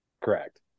Correct